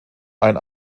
ein